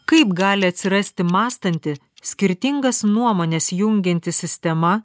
kaip gali atsirasti mąstanti skirtingas nuomones jungianti sistema